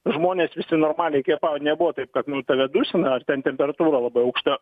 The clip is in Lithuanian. žmonės visi normaliai kvėpavo nebuvo taip kad nu tave dusina ar ten temperatūra labai aukšta